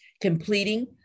completing